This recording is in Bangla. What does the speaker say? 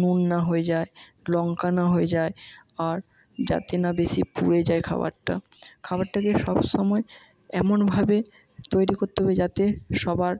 নুন না হয়ে যায় লঙ্কা না হয়ে যায় আর যাতে না বেশি পুড়ে যায় খাবারটা খাবারটাকে সবসময় এমনভাবে তৈরি করতে হবে যাতে সবার